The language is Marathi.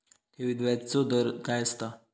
ठेवीत व्याजचो दर काय असता?